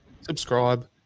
subscribe